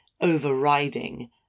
overriding